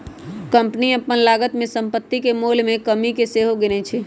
company अप्पन लागत में सम्पति के मोल में कमि के सेहो गिनै छइ